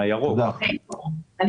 יש